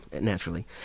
naturally